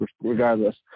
regardless